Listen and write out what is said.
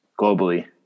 globally